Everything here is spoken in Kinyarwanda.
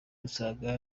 dusanga